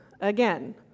again